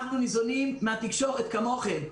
אנחנו ניזונים מהתקשורת כמוכם.